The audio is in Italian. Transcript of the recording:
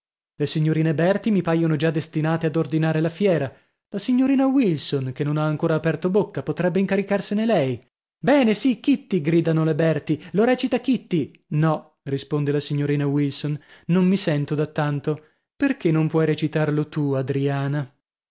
le signorine berti mi paiono già destinate ad ordinare la fiera la signorina wilson che non ha ancora aperto bocca potrebbe incaricarsene lei bene sì kitty gridano le berti lo recita kitty no risponde la signorina wilson non mi sento da tanto perchè non puoi recitarlo tu adriana